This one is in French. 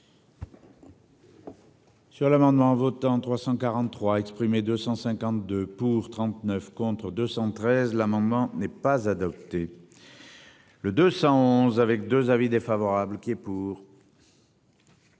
Sur l'amendement votants 343 exprimés, 252 pour 39 contre 213. L'amendement n'est pas adopté. Le 211 avec 2 avis défavorables qui. Pour.